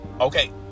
okay